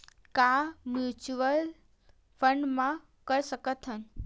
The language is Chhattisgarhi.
का म्यूच्यूअल फंड म कर सकत हन?